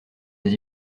des